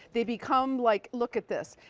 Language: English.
they become like look at this.